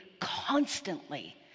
constantly